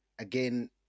Again